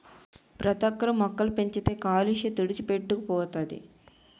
ప్రతోక్కరు మొక్కలు పెంచితే కాలుష్య తుడిచిపెట్టుకు పోతది